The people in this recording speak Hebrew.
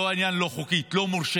העניין לא שהיא לא חוקית, היא לא מורשית.